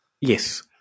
Yes